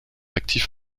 actif